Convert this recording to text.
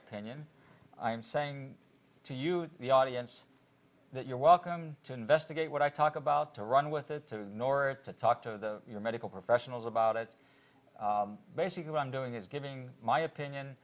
opinion i'm saying to you the audience that you're welcome to investigate what i talk about to run with the north to talk to your medical professionals about it basically what i'm doing is giving my opinion